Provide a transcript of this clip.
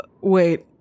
Wait